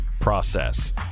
process